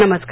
नमस्कार